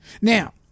Now